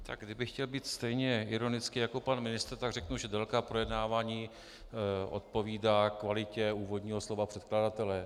Tak kdybych chtěl být stejně ironický jako pan ministr, tak řeknu, že délka projednávání odpovídá kvalitě úvodního slova předkladatele.